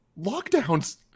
lockdowns